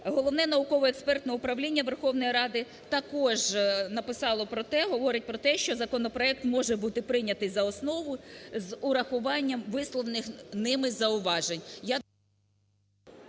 Головне науково-експертне управління Верховної Ради також написало про те, говорить про те, що законопроект може бути прийнятий за основу з урахуванням висловлених ними зауважень.